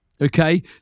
okay